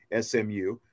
SMU